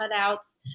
cutouts